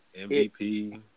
MVP